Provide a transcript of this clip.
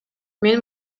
мен